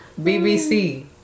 BBC